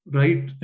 right